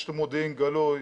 יש מודיעין גלוי,